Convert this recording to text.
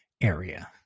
area